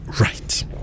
right